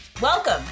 Welcome